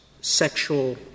sexual